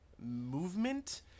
movement